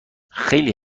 خیلی